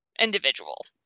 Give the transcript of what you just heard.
individual